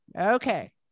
okay